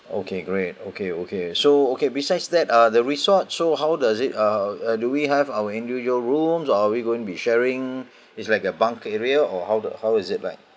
okay great okay okay so okay besides that uh the resort so how does it uh uh do we have our individual rooms or we going to be sharing it's like a bunk area or how the how is it like